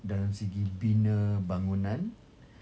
dalam segi bina bangunan